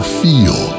feel